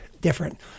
different